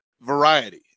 variety